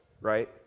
Right